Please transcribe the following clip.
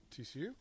TCU